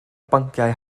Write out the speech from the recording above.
bynciau